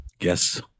Yes